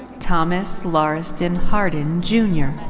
thomas lauriston hardin junior.